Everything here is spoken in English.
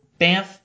bamf